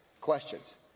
Questions